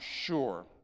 sure